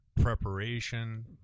preparation